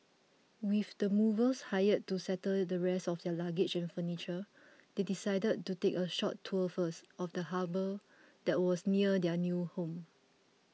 with the movers hired to settle the rest of their luggage and furniture they decided to take a short tour first of the harbour that was near their new home